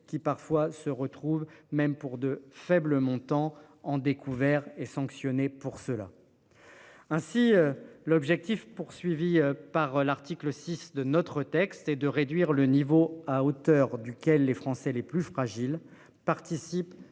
qui parfois se retrouvent même pour de faibles montants en découverts et sanctionnés pour cela. Ainsi l'objectif poursuivi par l'article 6 de notre texte et de réduire le niveau à hauteur duquel les Français les plus fragiles, participent